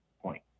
point